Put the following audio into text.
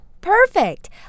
Perfect